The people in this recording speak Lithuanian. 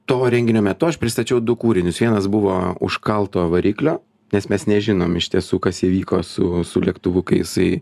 to renginio metu aš pristačiau du kūrinius vienas buvo užkalto variklio nes mes nežinom iš tiesų kas įvyko su su lėktuvu kai jisai